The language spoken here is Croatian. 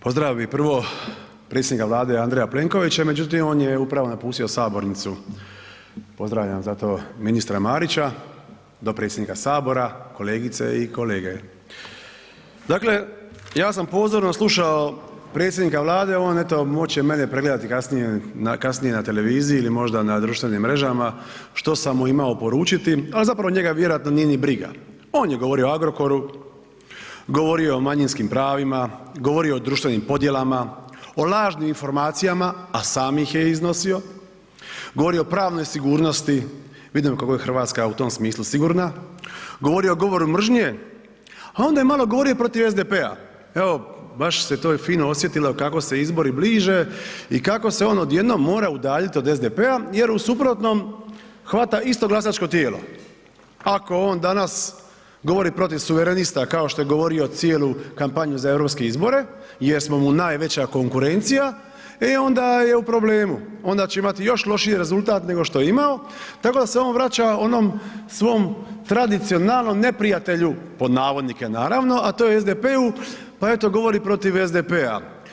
Pozdravio bi prvo predsjednika Vlade, Andreja Plenkovića, međutim on je upravo napustio sabornicu, pozdravljam zato ministra Marića, dopredsjednika HS, kolegice i kolege, dakle ja sam pozorno slušao predsjednika Vlade, on eto moće mene pregledati kasnije, kasnije na televiziji ili možda na društvenim mrežama što sam mu imao poručiti, a zapravo njega vjerojatno nije ni briga, on je govorio o Agrokoru, govorio je o manjinskim pravima, govorio je o društvenim podjelama, o lažnim informacijama, a sam ih je iznosio, govorio je o pravnoj sigurnosti, vidimo kako je RH u tom smislu sigurna, govorio je o govoru mržnje, a onda je malo govorio i protiv SDP-a, evo baš se to i fino osjetilo kako se izbori bliže i kako se on odjednom mora udaljit od SDP-a jer u suprotnom hvata isto glasačko tijelo, ako on danas govori protiv suverenista kao što je govorio cijelu kampanju za europske izbore jer smo mu najveća konkurencija, e onda je u problemu, onda će imati još lošiji rezultat nego što je imao, tako da se on vraća onom svom tradicijalnom neprijatelju, pod navodnike naravno, a to je SDP-u, pa eto govori protiv SDP-a.